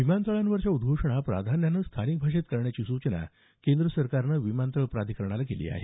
विमानतळांवरच्या उद्घोषणा प्राधान्यानं स्थानिक भाषेत करण्याचे निर्देश केंद्र सरकारनं विमानतळ प्राधिकरणाला दिले आहेत